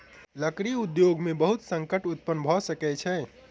लकड़ी उद्योग में बहुत संकट उत्पन्न भअ सकै छै